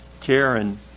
Karen